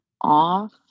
off